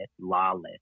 lawless